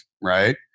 right